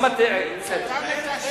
אתה מטהר את השרץ.